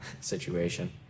situation